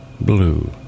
blue